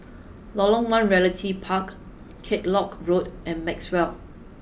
Lorong one Realty Park Kellock Road and Maxwell